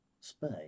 space